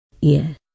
Yes